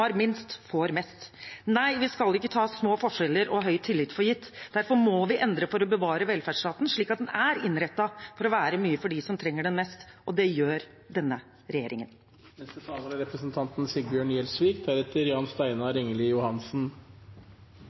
har minst, får mest. Nei, vi skal ikke ta små forskjeller og høy tillit for gitt. Derfor må vi endre for å bevare velferdsstaten, slik at den er innrettet for å være mye for dem som trenger den mest. Det gjør denne regjeringen.